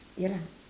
ya lah